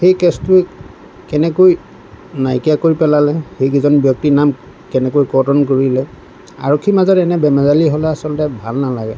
সেই কেচটো কেনেকৈ নাইকিয়া কৰি পেলালে সেইকেইজন ব্যক্তিৰ নাম কেনেকৈ কৰ্তন কৰিলে আৰক্ষীৰ মাজত এনে বেমেজালি হ'লে আচলতে ভাল নালাগে